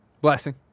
blessing